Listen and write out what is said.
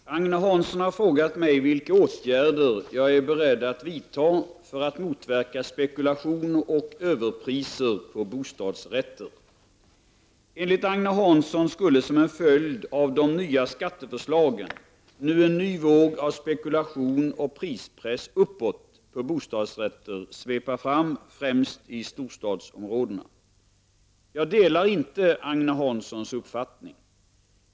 Herr talman! Agne Hansson har frågat mig vilka åtgärder jag är beredd att vidta för att motverka spekulation och överpriser på bostadsrätter. Enligt Agne Hansson skulle nu, som följd av de nya skatteförslagen, en ny våg av spekulation och press uppåt av priserna på bostadsrätter svepa fram, främst i storstadsområdena. Jag delar inte Agne Hanssons uppfattning.